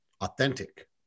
authentic